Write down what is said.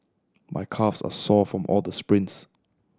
my calves are sore from all the sprints